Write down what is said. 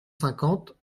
cinquante